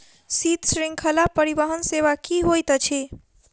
शीत श्रृंखला परिवहन सेवा की होइत अछि?